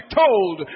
told